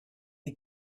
the